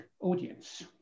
audience